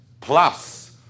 plus